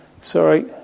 sorry